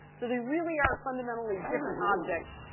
so they really are fundamentally different objects.